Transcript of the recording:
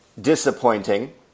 disappointing